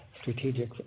strategic